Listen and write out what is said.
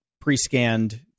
pre-scanned